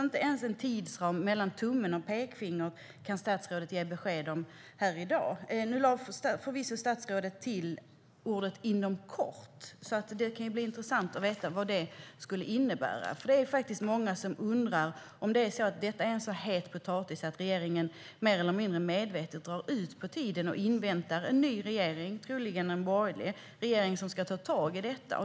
Inte ens en tidsram mellan tummen och pekfingret kan statsrådet ge besked om här i dag. Nu lade förvisso statsrådet till orden "inom kort". Det kan vara intressant att veta vad det innebär. Det är faktiskt många som undrar om detta är en så het potatis att regeringen mer eller mindre medvetet drar ut på tiden och inväntar en ny regering, troligen en borgerlig, som ska ta tag i detta.